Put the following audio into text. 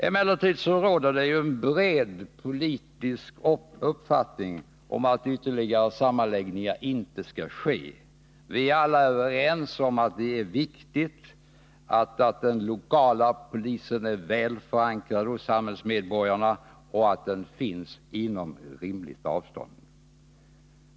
Emellertid råder det en bred politisk uppfattning om att ytterligare sammanläggningar inte skall ske. Vi är alla överens om att det är viktigt att den lokala polisen är väl förankrad hos samhällsmedborgarna och att den finns inom rimligt avstånd.